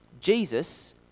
Jesus